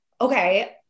okay